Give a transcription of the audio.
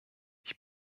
ich